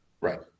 right